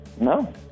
no